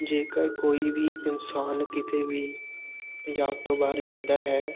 ਜੇਕਰ ਕੋਈ ਵੀ ਇਨਸਾਨ ਕਿਤੇ ਵੀ ਪੰਜਾਬ ਤੋਂ ਬਾਹਰ ਜਾਂਦਾ ਹੈ